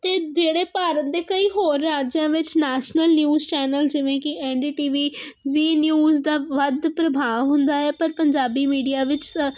ਅਤੇ ਜਿਹੜੇ ਭਾਰਤ ਦੇ ਕਈ ਹੋਰ ਰਾਜਾਂ ਵਿੱਚ ਨੈਸ਼ਨਲ ਨਿਊਜ਼ ਚੈਨਲ ਜਿਵੇਂ ਕਿ N D T V Zee news ਦਾ ਵੱਧ ਪ੍ਰਭਾਵ ਹੁੰਦਾ ਹੈ ਪਰ ਪੰਜਾਬੀ ਮੀਡੀਆ ਵਿੱਚ ਸ